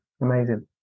amazing